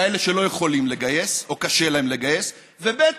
כאלה שלא יכולים לגייס או קשה להם לגייס, ב.